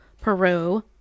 Peru